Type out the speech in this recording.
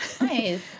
Nice